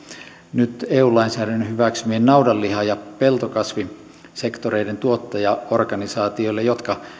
nyt eu lainsäädännön hyväksymien naudanliha ja peltokasvisektoreiden tuottajaorganisaatioille jotka